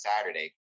Saturday